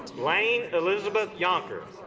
lane elizabeth jonker